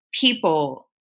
people